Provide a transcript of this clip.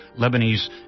Lebanese